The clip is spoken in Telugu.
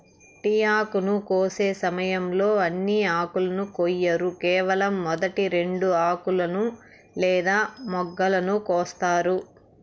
టీ ఆకును కోసే సమయంలో అన్ని ఆకులను కొయ్యరు కేవలం మొదటి రెండు ఆకులను లేదా మొగ్గలను కోస్తారు